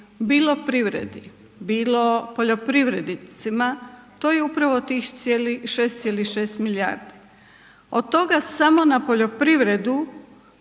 bilo privredi, bilo poljoprivrednicima to je upravo tih 6,6 milijardi. Od toga samo na poljoprivredu